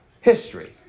history